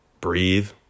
breathe